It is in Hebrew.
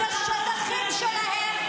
החיילים שלנו באופן סטטי,